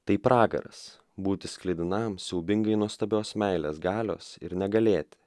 tai pragaras būti sklidinam siaubingai nuostabios meilės galios ir negalėti